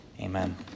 Amen